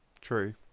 True